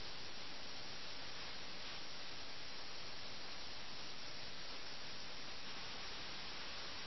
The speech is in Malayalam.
ആഖ്യാനത്തിൽ അവളുടെ മറ്റ് ഉദ്യമങ്ങളെ കുറിച്ച് ഒരു സൂചനയും നൽകുന്നില്ല ദിവസം മുഴുവൻ അവൾ ഭർത്താവിന്റെ ശ്രദ്ധ ആകർഷിക്കാൻ തന്ത്രങ്ങൾ മെനയുന്നതായി കാണുന്നു